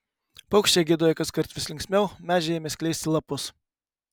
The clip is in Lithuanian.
paukščiai giedojo kaskart vis linksmiau medžiai ėmė skleisti lapus